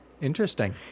Interesting